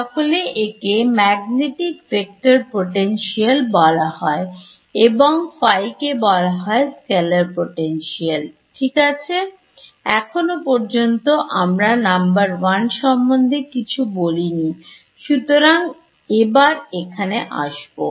তাহলে একে magnetic vector potential বলা হয় এবং ফাই ϕ কে বলা হয় Scalar পোটেনশিয়াল ঠিক আছে এখনো পর্যন্ত আমরা নম্বর ওয়ান সম্বন্ধে কিছু বলিনি সুতরাং এবার এখানে আসবো